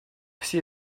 все